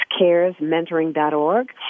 caresmentoring.org